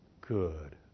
good